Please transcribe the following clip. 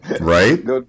Right